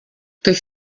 durch